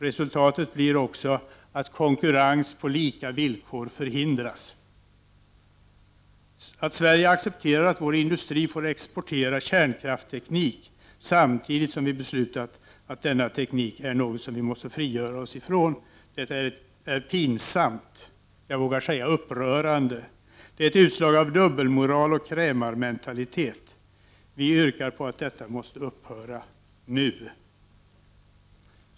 Resultatet blir också att konkurrens på lika villkor förhindras. Att Sverige accepterar att vår industri får exportera kärnkraftsteknik samtidigt som vi beslutat att denna teknik är något som vi måste frigöra oss ifrån är ett pinsamt, jag vågar säga upprörande, utslag av dubbelmoral och krämarmentalitet. Vi yrkar på att detta måste upphöra — nu.